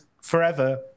forever